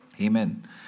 Amen